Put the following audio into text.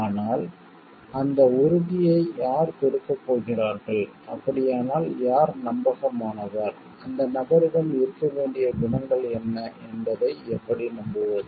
ஆனால் அந்த உறுதியை யார் கொடுக்கப் போகிறார்கள் அப்படியானால் யார் நம்பகமானவர் அந்த நபரிடம் இருக்க வேண்டிய குணங்கள் என்ன என்பதை எப்படி நம்புவது